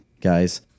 guys